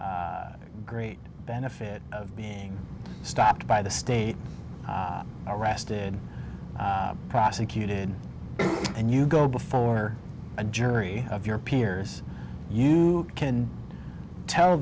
great benefit of being stopped by the state arrested prosecuted and you go before a jury of your peers you can tell